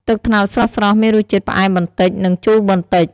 ទឹកត្នោតស្រស់ៗមានរសជាតិផ្អែមបន្តិច និងជូរបន្តិច។